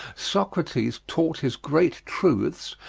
socrates taught his great truths,